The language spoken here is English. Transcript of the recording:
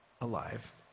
alive